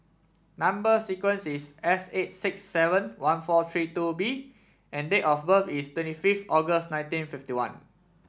number sequence is S eight six seven one four three two B and date of birth is twenty fifth August nineteen fifty one